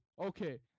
Okay